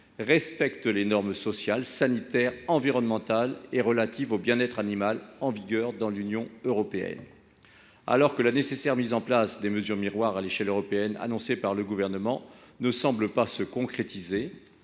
respectent les normes sociales, sanitaires, environnementales et relatives au bien être animal en vigueur dans l’Union européenne. Alors que la nécessaire mise en place des mesures miroirs à l’échelle européenne annoncée par le Gouvernement ne semble pas se concrétiser,